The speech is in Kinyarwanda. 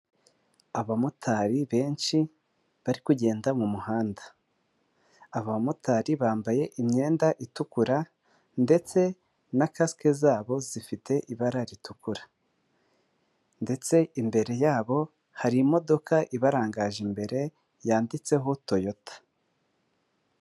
Abamotari benshi bari kugenda mu muhanda . Abamotari bambaye imyenda itukura ndetse na kasike zabo zifite ibara ritukura. Ndetse imbere yabo hari imodoka ibarangaje imbere yanditseho toyota.